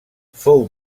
fou